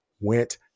went